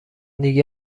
دیگه